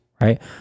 right